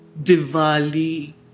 Diwali